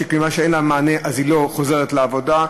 כיוון שאין לה מענה היא לא חוזרת לעבודה,